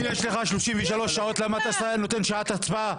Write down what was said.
אם יש לך 33 שעות, למה אתה נותן שעת הצבעה?